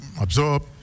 absorb